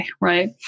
right